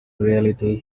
reality